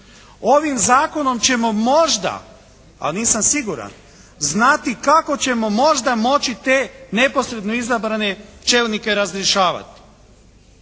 Ovim zakonom ćemo možda a nisam siguran znati kako ćemo možda moći te neposredno izabrane čelnike razrješavati.